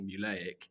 formulaic